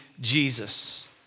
Jesus